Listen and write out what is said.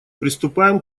приступаем